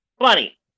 funny